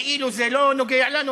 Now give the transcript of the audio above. כאילו זה לא נוגע לנו,